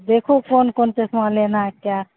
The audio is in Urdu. دیکھو کون کون سے سامان لینا ہے کیا